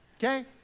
Okay